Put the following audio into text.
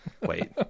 Wait